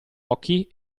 occhi